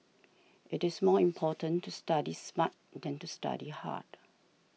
it is more important to study smart than to study hard